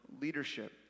leadership